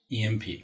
EMP